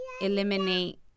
eliminate